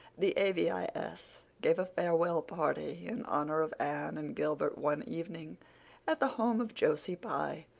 the a v i s. gave a farewell party in honor of anne and gilbert one evening at the home of josie pye,